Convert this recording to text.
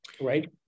Right